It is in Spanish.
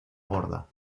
gorda